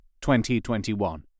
2021